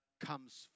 comes